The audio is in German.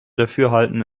dafürhalten